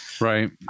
right